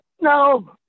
no